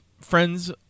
friends